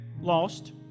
lost